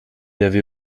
avait